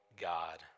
God